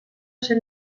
zen